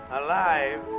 alive